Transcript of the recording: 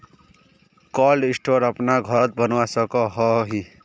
Cold store अपना घोरोत बनवा सकोहो ही?